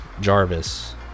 Jarvis